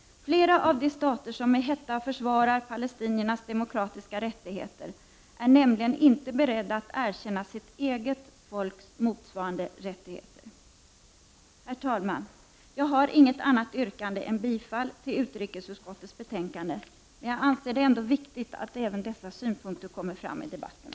Flera av de stater som med hetta försvarar palestiniernas demokratiska rättigheter är nämligen inte beredda att erkänna sitt eget folks motsvarande rättigheter. Herr talman! Jag har inget annat yrkande än bifall till utrikesutskottets betänkande, men jag anser det ändå viktigt att även dessa synpunkter kommer fram i debatten.